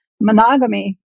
monogamy